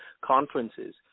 conferences